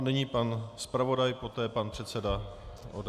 Nyní pan zpravodaj, poté pan předseda ODS.